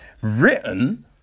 written